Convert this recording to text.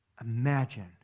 Imagine